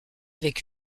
avec